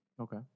Okay